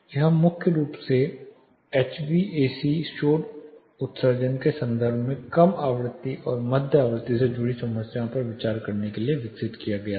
यह मुख्य रूप से एचवीएसी शोर उत्सर्जन के संदर्भ में कम आवृत्ति और मध्य आवृत्ति से जुड़ी समस्याओं पर विचार करने के लिए विकसित किया गया था